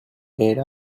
era